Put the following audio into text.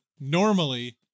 normally